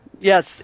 yes